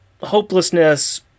hopelessness